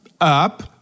Up